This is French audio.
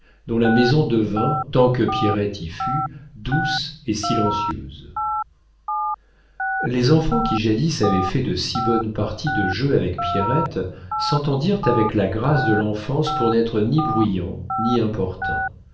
dont la maison devint tant que pierrette y fut douce et silencieuse les enfants qui jadis avaient fait de si bonnes parties de jeu avec pierrette s'entendirent avec la grâce de l'enfance pour n'être ni bruyants ni importuns